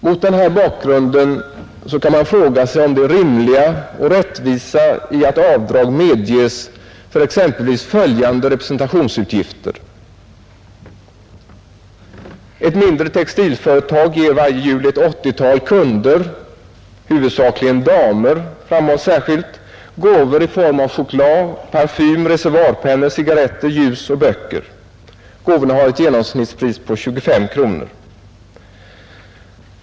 Mot denna bakgrund kan man fråga sig om det rimliga och rättvisa i att avdrag medges för exempelvis följande representationsutgifter: Ett mindre textilföretag ger varje jul ett åttiotal kunder — ”huvudsakligen damer”, framhålles särskilt — gåvor i form av choklad, parfym, reservoarpennor, cigarretter, ljus och böcker. Gåvorna har ett genomsnittspris på ca 25 kronor.